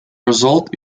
result